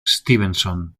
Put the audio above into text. stevenson